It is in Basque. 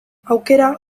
aukera